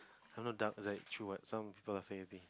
I'm not doubt is like true what some people are afraid of me